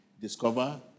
discover